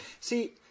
see